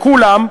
לכולם.